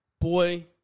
boy